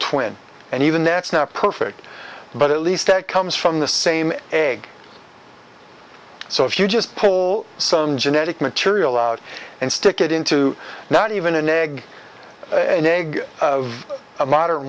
twin and even next not perfect but at least that comes from the same egg so if you just pull some genetic material out and stick it into not even an egg an egg of a modern